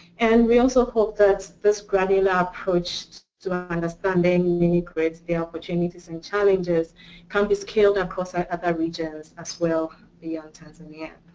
and we also hope that this granular approach to our understanding mini grids and the opportunities and challenges can be scaled across ah other region as well beyond tanzania.